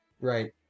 right